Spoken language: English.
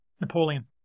Napoleon